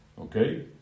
Okay